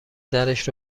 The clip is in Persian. درش